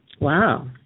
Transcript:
Wow